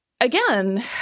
Again